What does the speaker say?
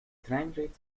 treinrit